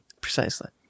Precisely